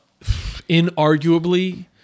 inarguably